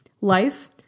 Life